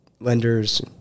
lenders